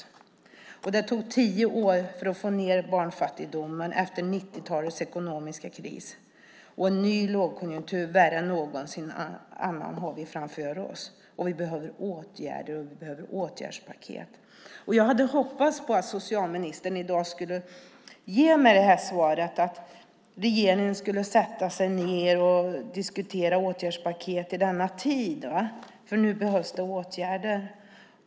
Efter 90-talets ekonomiska kris tog det tio år att få ned barnfattigdomen. Nu har vi en ny lågkonjunktur framför oss, och den är djupare än någonsin. Vi behöver därför åtgärder och åtgärdspaket. Jag hade hoppats att socialministern i dag skulle ge mig svaret att regeringen sätter sig ned och diskuterar åtgärdspaket i denna tid, för nu behövs det åtgärder.